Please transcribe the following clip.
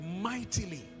mightily